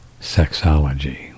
Sexology